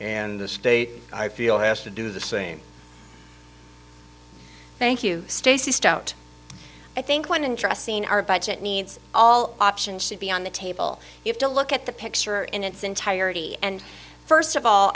and the state i feel has to do the same thank you stacey stout i think one interesting our budget needs all options should be on the table you have to look at the picture in its entirety and first of all